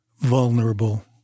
vulnerable